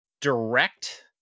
direct